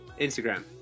Instagram